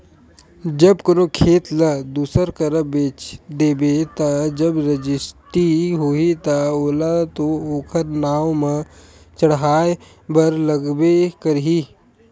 जब कोनो खेत ल दूसर करा बेच देबे ता जब रजिस्टी होही ता ओला तो ओखर नांव म चड़हाय बर लगबे करही